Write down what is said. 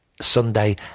Sunday